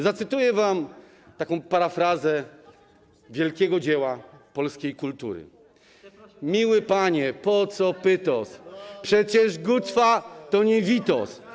Zacytuję wam taką parafrazę wielkiego dzieła polskiej kultury: Miły panie, po co pytos, przecież Gucwa to nie Witos.